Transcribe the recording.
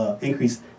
increase